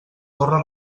torre